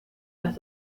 las